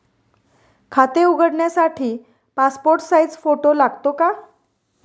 खाते उघडण्यासाठी passport size photo लागतो का?